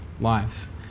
lives